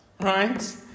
right